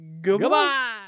Goodbye